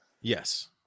Yes